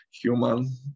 human